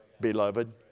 beloved